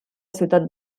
ciutat